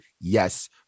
yes